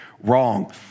Wrong